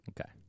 Okay